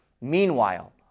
Meanwhile